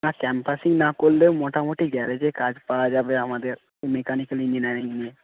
না ক্যাম্পাসিং না করলে মোটামুটি গ্যারেজে কাজ পাওয়া যাবে আমাদের মেকানিক্যাল ইঞ্জিনিয়ারিং নিয়ে